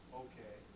okay